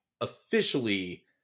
officially